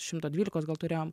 šimto dvylikos gal turėjom